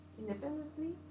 independently